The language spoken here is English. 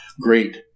Great